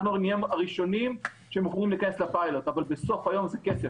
אנחנו נהיה הראשונים שמוכנים להיכנס לפיילוט אבל בסוף היום זה כסף.